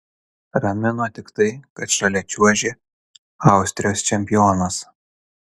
ramino tik tai kad šalia čiuožė austrijos čempionas